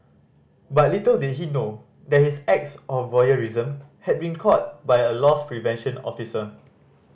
but little did he know that his acts of voyeurism had been caught by a loss prevention officer